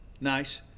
nice